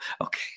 Okay